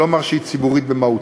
כלומר שהיא ציבורית במהותה.